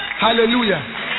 hallelujah